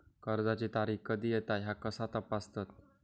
कर्जाची तारीख कधी येता ह्या कसा तपासतत?